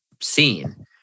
seen